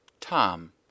Tom